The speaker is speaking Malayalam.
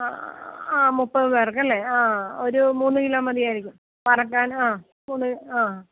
ആ മുപ്പത് പേർക്ക് അല്ലേ ആ ഒരു മൂന്നു കിലോ മതിയായിരിക്കും വറക്കാൻ ആ കൂടി ആ